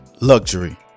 luxury